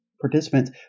participants